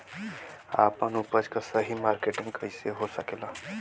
आपन उपज क सही मार्केटिंग कइसे हो सकेला?